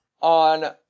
On